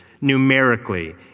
numerically